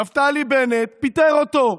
נפתלי בנט פיטר אותו.